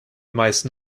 meisten